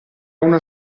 una